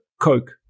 coke